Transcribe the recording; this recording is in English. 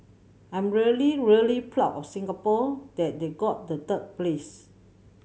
I'm really really proud of Singapore that they got the third place